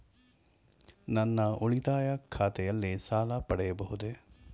ನನ್ನ ಉಳಿತಾಯ ಖಾತೆಯಲ್ಲಿ ಸಾಲ ಪಡೆಯಬಹುದೇ?